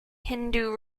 hindu